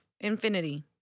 Infinity